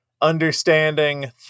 understanding